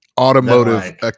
Automotive